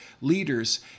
leaders